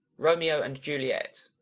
romeo and juliet